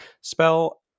spell